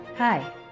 Hi